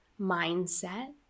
Mindset